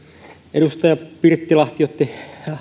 edustaja pirttilahti otti